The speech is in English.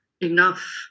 enough